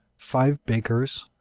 five bakers,